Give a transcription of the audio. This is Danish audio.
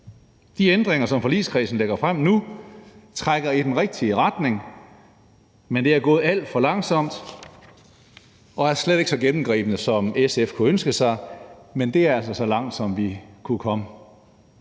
De ændringer, som forligskredsen lægger frem nu, trækker i den rigtige retning, men det er gået alt for langsomt og er slet ikke så gennemgribende, som SF kunne ønske sig. Men det er altså så langt, som vi kunne komme.